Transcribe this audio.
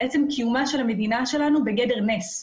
את עצם קיומה של המדינה שלנו, בגדר נס.